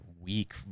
weak